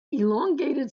elongated